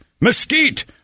mesquite